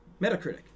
Metacritic